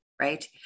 right